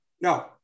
No